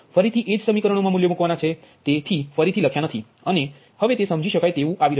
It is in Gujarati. ફરીથી એ જ સમીકરણો મા મૂલ્યો મૂકવાના છે તે થી ફરીથી લખ્યાં નથી અને તે હવે સમજી શકાય તેવું આવી રહ્યું છે